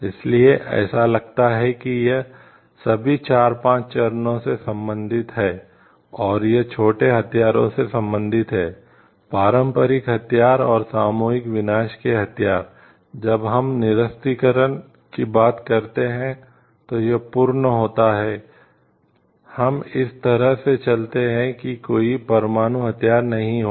इसलिए ऐसा लगता है कि यह सभी चार पांच चरणों से संबंधित है और यह छोटे हथियारों से संबंधित है पारंपरिक हथियार और सामूहिक विनाश के हथियार जब हम निरस्त्रीकरण की बात करते हैं तो यह पूर्ण होता है हम इस तरह से चलते हैं कि कोई परमाणु हथियार नहीं होगा